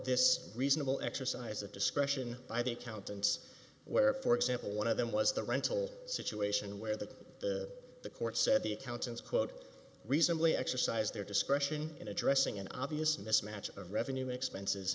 this reasonable exercise of discretion by the accountants where for example one of them was the rental situation where the the court said the accountants quote reasonably exercise their discretion in addressing an obvious mismatch of revenue expenses